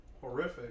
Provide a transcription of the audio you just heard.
Horrific